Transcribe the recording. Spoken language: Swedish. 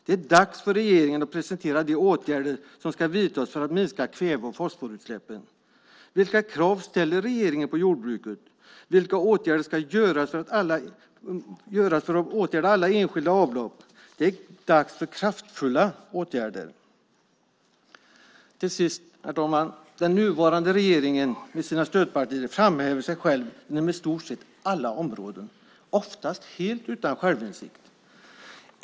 Det är dags för regeringen att presentera de åtgärder som ska vidtas för att minska kväve och fosforutsläppen. Vilka krav ställer regeringen på jordbruket? Vilka åtgärder ska vidtas för att åtgärda alla enskilda avlopp? Det är dags för kraftfulla åtgärder. Till sist, herr talman, vill jag säga att den nuvarande regeringen med sina stödpartier framhäver sig själv på i stort sett alla områden - oftast helt utan självinsikt.